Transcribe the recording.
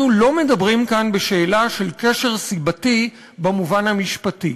אנחנו לא מדברים כאן בשאלה של קשר סיבתי במובן המשפטי.